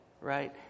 right